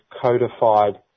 codified